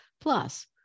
Plus